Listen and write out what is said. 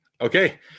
okay